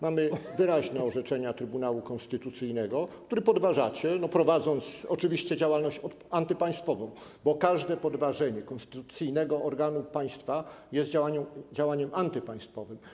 Mamy wyraźne orzeczenia Trybunału Konstytucyjnego, który podważacie, prowadząc oczywiście działalność antypaństwową, bo każde podważenie konstytucyjnego organu państwa jest działaniem antypaństwowym.